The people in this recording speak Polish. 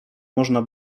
można